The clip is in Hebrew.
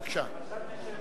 בבקשה.